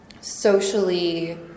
socially